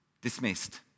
dismissed